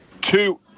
two